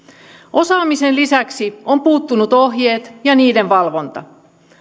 osaamisen lisäksi ovat puuttuneet ohjeet ja niiden valvonta